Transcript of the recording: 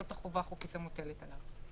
זאת החובה החוקית המוטלת עליו.